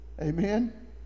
Amen